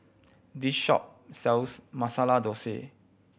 this shop sells Masala Dosa